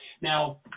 Now